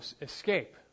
escape